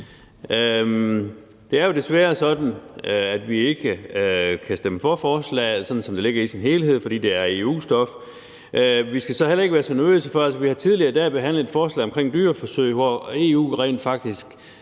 Det er jo desværre sådan, at vi ikke kan stemme for forslaget, som det ligger i sin helhed, fordi det er EU-stof. Vi skal så heller ikke være så nervøse for det – altså, vi har tidligere i dag behandlet et forslag omkring dyreforsøg, hvor EU rent faktisk